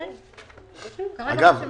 אגב,